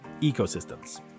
ecosystems